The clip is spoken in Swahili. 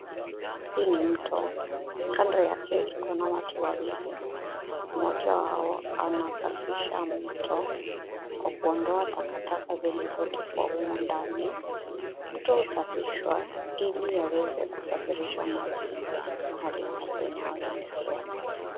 Hii ni mto. Kando yake iko na watu wawili. Mmoja wao anasafisha mto kwa kuondoa takataka zilizotupwa humo ndani. Mto usafishwa ili yaweze kusafirisha maji mahali ambapo inaoelekea.